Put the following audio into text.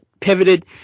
pivoted